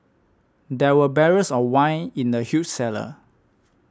there were barrels of wine in the huge cellar